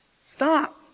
Stop